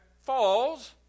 falls